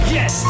Yes